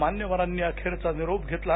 मान्यवरांनी अखेरचा निरोप घेतला